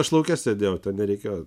aš lauke sėdėjau ten nereikėjo